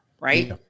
right